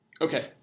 Okay